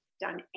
done